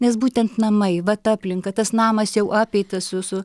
nes būtent namai va ta aplinka tas namas jau apeitas su su